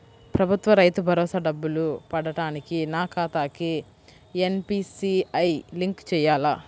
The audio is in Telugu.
ప్రభుత్వ రైతు భరోసా డబ్బులు పడటానికి నా ఖాతాకి ఎన్.పీ.సి.ఐ లింక్ చేయాలా?